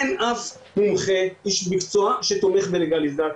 אין אף מומחה איש מקצוע שתומך בלגליזציה.